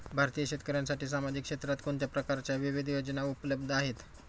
भारतीय शेतकऱ्यांसाठी सामाजिक क्षेत्रात कोणत्या प्रकारच्या विविध योजना उपलब्ध आहेत?